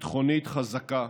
חזקה,